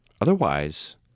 Otherwise